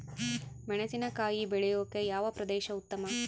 ಮೆಣಸಿನಕಾಯಿ ಬೆಳೆಯೊಕೆ ಯಾವ ಪ್ರದೇಶ ಉತ್ತಮ?